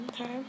Okay